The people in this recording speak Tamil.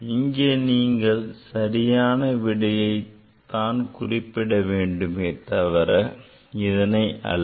இங்கே நீங்கள் சரியான விடையை தான் குறிப்பிட வேண்டுமே தவிர இதனை அல்ல